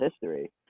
history